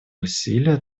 усилия